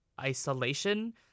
isolation